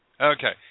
Okay